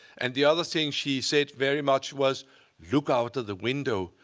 and the other thing she said very much was look out of the window.